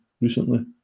recently